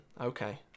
Okay